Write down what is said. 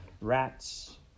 Rats